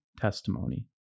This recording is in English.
testimony